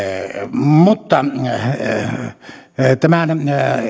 tämäntyyppistä tämän